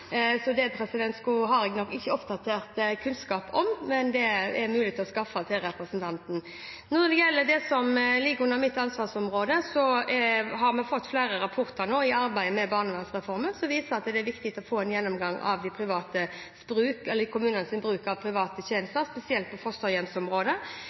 så det har jeg nok ikke oppdatert kunnskap om. Men det er det mulig å skaffe representanten. Når det gjelder det som ligger under mitt ansvarsområde, har vi under arbeidet med barnevernsreformen fått flere rapporter som viser at det er viktig å få en gjennomgang av kommunenes bruk av private